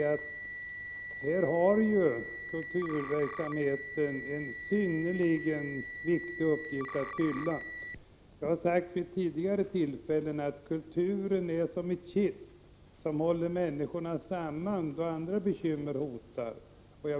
Kulturverksamheten har här en synnerligen viktig uppgift att fylla. Jag har sagt vid tidigare tillfällen att kulturen är som ett kitt som håller människorna samman då bekymmer hotar.